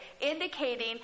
indicating